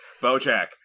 BoJack